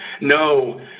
no